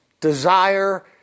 desire